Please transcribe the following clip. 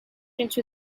into